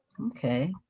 Okay